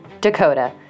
Dakota